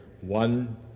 One